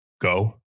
go